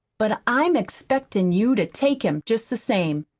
but i'm expectin' you to take him, jest the same,